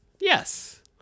yes